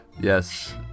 yes